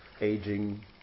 aging